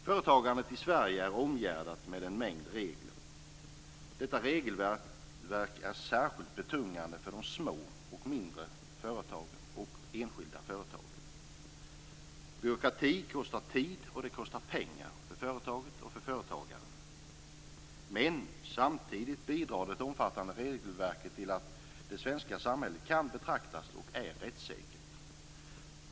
Företagandet i Sverige är omgärdat av en mängd regler. Detta regelverk är särskilt betungande för de små och enskilda företagen. Byråkrati kostar tid och det kostar pengar för företaget och för företagaren. Samtidigt bidrar det omfattande regelverket till att det svenska samhället kan betraktas som och är rättssäkert.